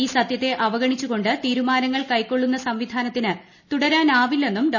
ഈ സത്യത്തെ അവഗണിച്ചു കൊണ്ട് തീരുമാനങ്ങൾ കൈക്കൊള്ളുന്ന സംവിധാനത്തിന് തുടരാനാവില്ലെന്നും ഡോ